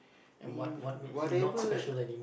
means whatever